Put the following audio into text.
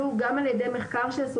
יש החלטות שהתקבלו גם ע"י מחקר שעשו,